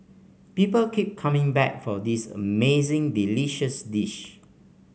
people keep coming back for this amazingly delicious dish